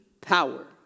power